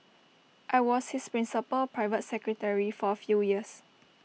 I was his principal private secretary for A few years